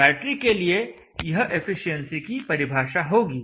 तो बैटरी के लिए यह एफिशिएंसी की परिभाषा होगी